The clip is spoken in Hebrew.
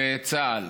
וצה"ל.